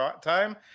time